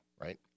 right